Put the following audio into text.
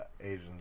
Asians